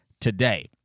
today